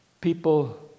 People